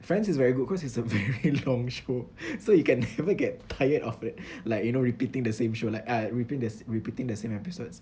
friends is very good cause it's a very long show so you can never get tired of it like you know repeating the same show like uh repeat repeating the same episodes